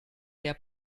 der